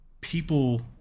People